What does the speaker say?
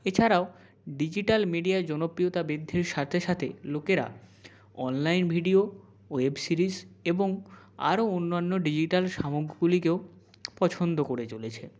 এছাড়াও ডিজিটাল মিডিয়ার জনপ্রিয়তা বৃদ্ধির সাথে সাথে লোকেরা অনলাইন ভিডিও ওয়েব সিরিজ এবং আরো অন্যান্য ডিজিটাল সামগগুলিকেও পছন্দ করে চলেছে